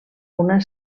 una